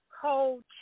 cold